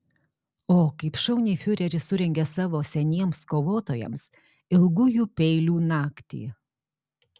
o kaip šauniai fiureris surengė savo seniems kovotojams ilgųjų peilių naktį